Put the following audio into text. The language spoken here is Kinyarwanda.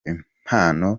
impano